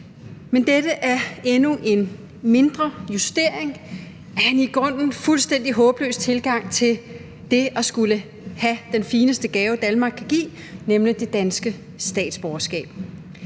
men dette er endnu en mindre justering af en i grunden fuldstændig håbløs tilgang til det at skulle have den fineste gave, Danmark kan give, nemlig det danske statsborgerskab.